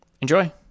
Enjoy